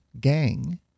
gang